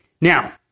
Now